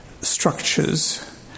structures